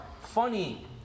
funny